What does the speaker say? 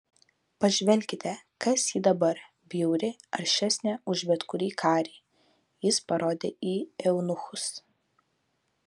pažvelkite kas ji dabar bjauri aršesnė už bet kurį karį jis parodė į eunuchus